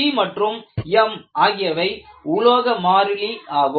C மற்றும் m ஆகியவை உலோக மாறிலி ஆகும்